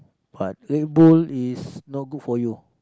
but Red Bull is not good for you